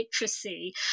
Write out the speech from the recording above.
literacy